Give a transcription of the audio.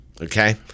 okay